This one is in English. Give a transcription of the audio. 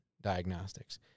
diagnostics